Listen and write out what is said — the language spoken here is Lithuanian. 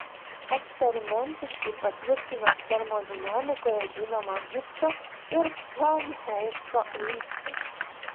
eksperimentiškai patvirtino termodinamikoje žinomą gibso ir helmholco lygtį